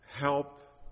help